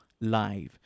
live